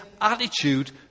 attitude